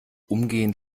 umgehend